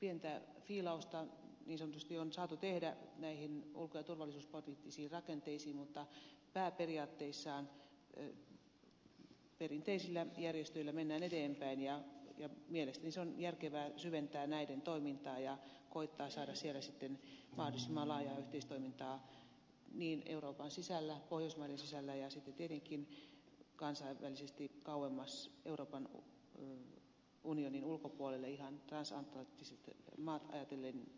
pientä fiilausta niin sanotusti on saatu tehdä näihin ulko ja turvallisuuspoliittisiin rakenteisiin mutta pääperiaatteissaan perinteisillä järjestöillä mennään eteenpäin ja mielestäni on järkevää syventää näiden toimintaa ja koettaa saada siellä sitten mahdollisimman laajaa yhteistoimintaa euroopan sisällä pohjoismaiden sisällä ja sitten tietenkin kansainvälisesti kauemmas euroopan unionin ulkopuolelle ihan transatlanttisia maita ajatellen ja sitten venäjää tietenkin